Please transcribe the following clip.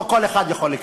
או שכל אחד יכול להיכנס,